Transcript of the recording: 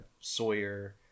sawyer